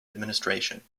administration